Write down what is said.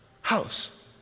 house